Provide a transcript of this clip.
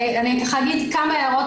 אני אגיד כמה הערות,